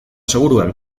seguruak